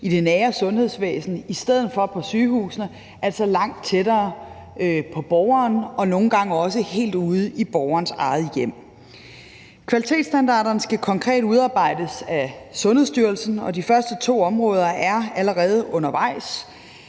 i det nære sundhedsvæsen i stedet for på sygehusene, altså langt tættere på borgeren og nogle gange også helt ude i borgerens eget hjem. Kvalitetsstandarderne skal konkret udarbejdes af Sundhedsstyrelsen, og de første to områder er allerede undervejs.